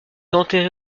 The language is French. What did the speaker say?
enterrée